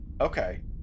Okay